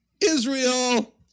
Israel